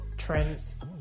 Trent